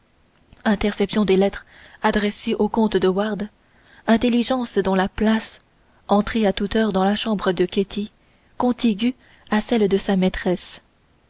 interception des lettres adressées au comte de wardes intelligences dans la place entrée à toute heure dans la chambre de ketty contiguë à celle de sa maîtresse